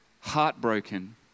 heartbroken